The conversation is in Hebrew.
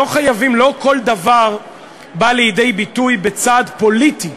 לא כל דבר בא לידי ביטוי בצעד פוליטי,